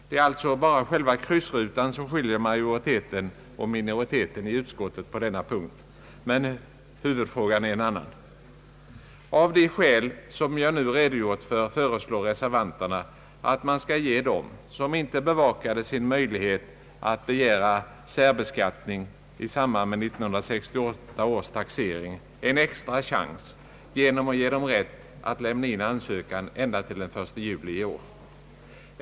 Det är alltså bara själva kryssrutan som skiljer majoriteten och minoriteten i utskottet på denna punkt. Med huvudfrågan är det en annan sak. Av de skäl som jag nu anfört finner reservanterna att man skall ge dem som inte tog till vara möjligheten att begära särbeskattning i samband med 1968 års taxering en andra chans genom att ge dem rätt att lämna in ansökan ända till den 1 juli i år.